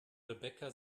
rebecca